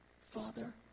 Father